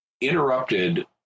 interrupted